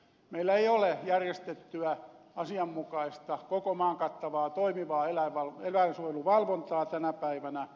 meillä ei ole järjestettyä asianmukaista koko maan kattavaa toimivaa eläinsuojeluvalvontaa tänä päivänä